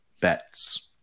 bets